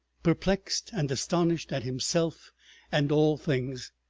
perplexed and astonished at himself and all things.